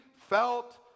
felt